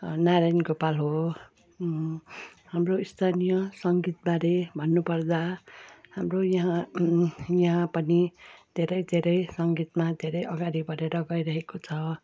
नारायण गोपाल हो हाम्रो स्थानीय सङ्गीतबारे भन्नुपर्दा हाम्रो यहाँ यहाँ पनि धेरै धेरै सङ्गीतमा धेरै अगाडि बढेर गइरहेको छ